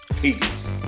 Peace